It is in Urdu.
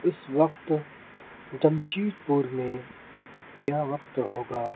اس وقت جمشیدپور میں کیا وقت ہوگا